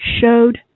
Showed